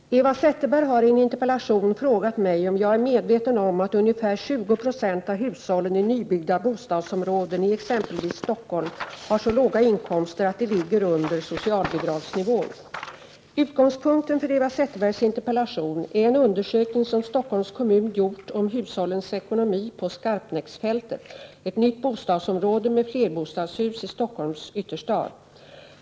Herr talman! Eva Zetterberg har i en interpellation frågat mig om jag är medveten om att ungefär 20 96 av hushållen i nybyggda bostadsområden i exempelvis Stockholm har så låga inkomster att de ligger under socialbidragsnivån. Utgångspunkten för Eva Zetterbergs interpellation är en undersökning som Stockholms kommun gjort om hushållens ekonomi på Skarpnäcksfältet — ett nytt bostadsområde med flerbostadshus i Stockholms ytterstad.